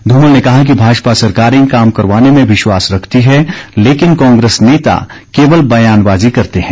धूमल ने कहा कि भाजपा सरकारें काम करवाने में विश्वास रखती है लेकिन कांग्रेस नेता केवल बयानबाजी करते हैं